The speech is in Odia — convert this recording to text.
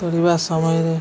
ପଡ଼ିବା ସମୟରେ